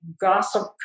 gossip